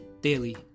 Daily